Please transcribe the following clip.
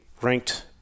ranked